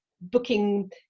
booking